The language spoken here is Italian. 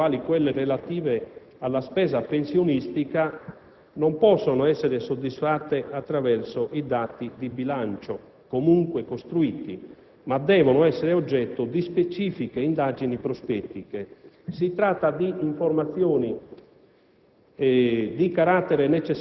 delle esigenze informative, quali quelle relative alla spesa pensionistica, non possono essere soddisfatte attraverso i dati di bilancio comunque costruiti, ma devono essere oggetto di specifiche indagini prospettiche. Si tratta di informazioni